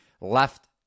left